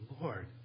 Lord